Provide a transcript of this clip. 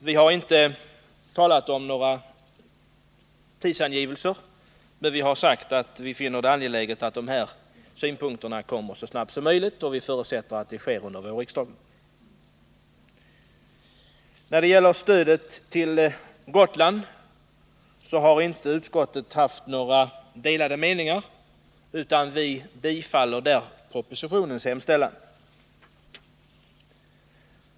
Vi har inte gjort några tidsangivelser, men vi har sagt att vi finner det angeläget att behandlingen sker så snabbt som möjligt — vi förutsätter att den äger rum under våren. När det gäller stödet till Gotlandstrafiken har utskottet inte haft några delade meningar utan tillstyrkt propocitionens förslag.